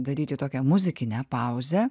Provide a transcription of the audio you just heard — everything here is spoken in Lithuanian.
daryti tokią muzikinę pauzę